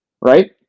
right